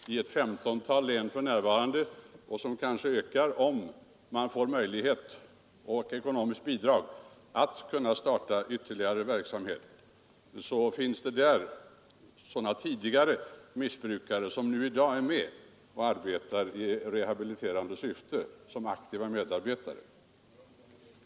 Den bedrivs för närvarande i ett femtontal län, och den kan öka snabbare om man får möjlighet och ekonomiskt bidrag att starta ytterligare verksamhet. Där finns det tidigare missbrukare som i dag är med och aktivt arbetar i rehabiliterande syfte i RIA-arbetet.